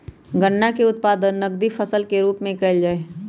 गन्ना के उत्पादन नकदी फसल के रूप में कइल जाहई